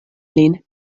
lin